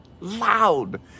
loud